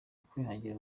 ukwihangira